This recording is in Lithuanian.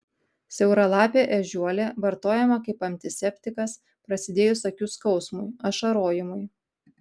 siauralapė ežiuolė vartojama kaip antiseptikas prasidėjus akių skausmui ašarojimui